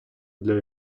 для